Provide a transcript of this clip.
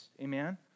Amen